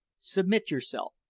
submit yourself,